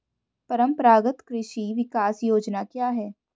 परंपरागत कृषि विकास योजना क्या है?